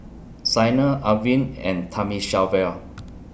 Sanal Arvind and Thamizhavel